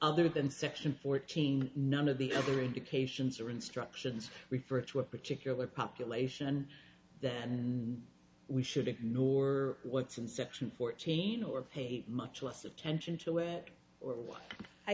other than section fourteen none of the every occasions or instructions refer to a particular population then we should ignore what's in section fourteen or pay much less attention to it or